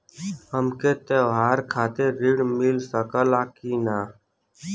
हमके त्योहार खातिर त्रण मिल सकला कि ना?